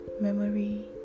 memory